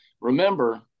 remember